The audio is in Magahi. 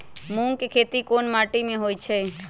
मूँग के खेती कौन मीटी मे होईछ?